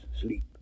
sleep